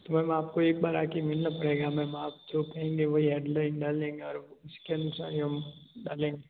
तो मैम आपको एक बार आके मिलना पड़ेगा मैम आप जो कहेंगे वही हेडलाइन डालेंगे और उसके अनुसार ही हम डालेंगे